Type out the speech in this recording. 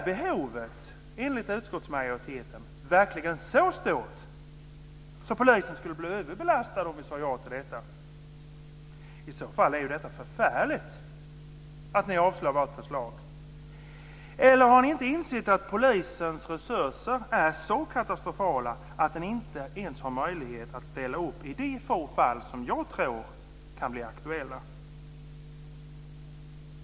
Är behovet, enligt utskottsmajoriteten, verkligen så stort att polisen skulle bli överbelastad om vi sade ja till detta? I så fall är det ju förfärligt att ni avstyrker vårt förslag. Eller har ni inte insett att polisens resurser är så katastrofala att den inte ens har möjlighet att ställa upp i de få fall som jag tror kan bli aktuella?